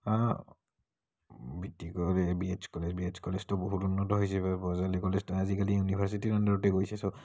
বিটি college B H college B H কলেজতো বহুত উন্নত হৈছে সেইবাবে বজালি কলেজ আজিকালি ইউনিভাৰ্চিটিৰ আণ্ডাৰতে গৈছে ছ'